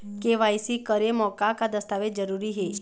KYC करे म का का दस्तावेज जरूरी हे?